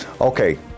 Okay